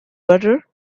butter